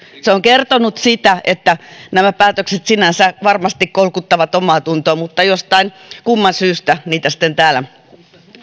se on kertonut sitä että nämä päätökset sinänsä varmasti kolkuttavat omaatuntoa mutta jostain kumman syystä niitä sitten täällä